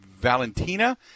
Valentina